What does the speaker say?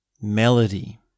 Melody